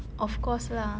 of course lah